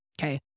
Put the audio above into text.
Okay